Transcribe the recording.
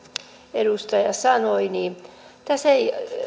edustaja sanoi